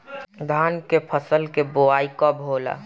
धान के फ़सल के बोआई कब होला?